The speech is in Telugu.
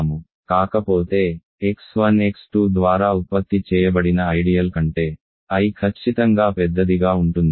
కాకపోతే x1 x2 ద్వారా ఉత్పత్తి చేయబడిన ఐడియల్ కంటే I ఖచ్చితంగా పెద్దదిగా ఉంటుంది